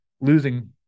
losing